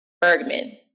Bergman